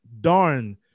darn